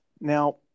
Now